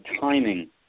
timing